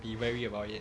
be wary about it